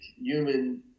human